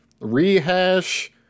rehash